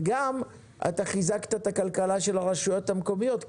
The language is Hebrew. וגם אתה חזקת את הכלכלה של הרשויות המקומיות,